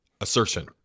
assertion